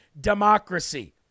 democracy